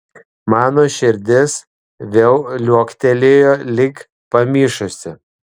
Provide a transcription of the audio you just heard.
mano širdis vėl liuoktelėjo lyg pamišusi